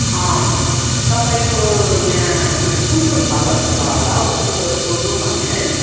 तपाईँको यहाँ कुन कुन फलहरू छ होला हो यसो सोधौँ भनेर नि